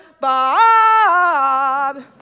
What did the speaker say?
Bob